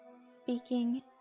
speaking